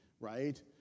right